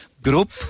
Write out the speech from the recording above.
Group